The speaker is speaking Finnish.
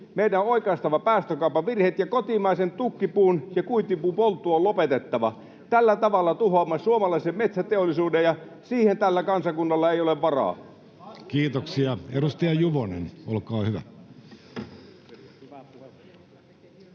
meidän on oikaistava päästökaupan virheet, ja kotimaisen tukkipuun ja kuitupuun poltto on lopetettava. Tällä tavalla tuhoamme suomalaisen metsäteollisuuden, ja siihen tällä kansakunnalla ei ole varaa. [Juho Eerola: